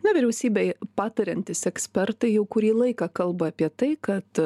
na vyriausybei patariantys ekspertai jau kurį laiką kalba apie tai kad